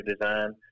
design